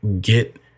get